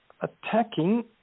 attacking